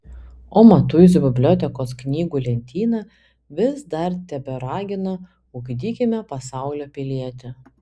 o matuizų bibliotekos knygų lentyna vis dar teberagina ugdykime pasaulio pilietį